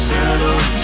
Settle